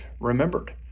remembered